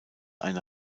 eine